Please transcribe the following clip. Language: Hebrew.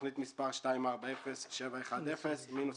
תוכנית מספר 240710 מינוס